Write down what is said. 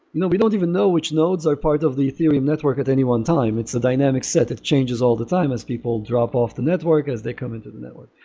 we don't even know which nodes are part of the theory network at any one time. it's a dynamic set. it changes all the time as people drop off the network, as they come into the network.